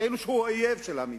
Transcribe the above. כאילו הוא אויב של המדינה,